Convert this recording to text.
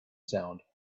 sound